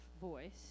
voice